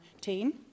team